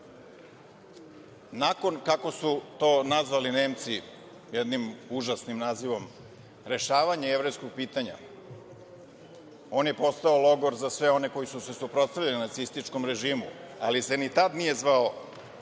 kako su to nazvali Nemci jedni užasnim nazivom, rešavanja jevrejskog pitanja, on je postao logor za sve one koji su se suprotstavljali nacističkom režimu, ali se ni tada nije zvao